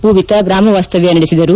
ಪೂವಿತ ಗ್ರಾಮ ವಾಸ್ತವ್ಯ ನಡೆಸಿದರು